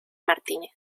martínez